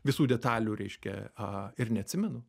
visų detalių reiškia a ir neatsimenu